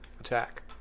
attack